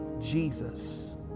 Jesus